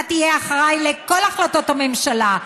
אתה תהיה אחראי לכל החלטות הממשלה.